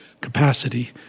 capacity